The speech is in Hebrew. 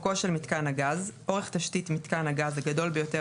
"אורכו של מיתקן הגז" אורך תשתית מיתקן הגז הגדול ביותר